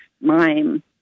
mime